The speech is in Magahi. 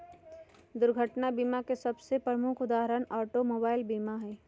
दुर्घटना बीमा के सबसे प्रमुख उदाहरण ऑटोमोबाइल बीमा हइ